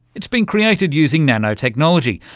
it's been created using nano-technology,